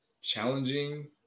challenging